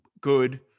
good